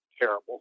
terrible